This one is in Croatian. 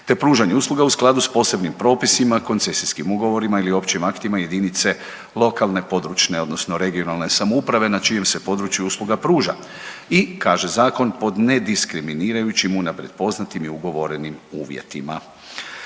te pružanje usluga u skladu s posebnim propisima, koncesijskim ugovorima ili općim aktima jedinice lokalne i područne (regionalne) samouprave na čijem se području usluga pruža i, kaže zakon, pod nediskriminirajućim, unaprijed poznatim i ugovorenim uvjetima.